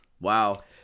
Wow